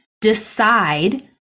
decide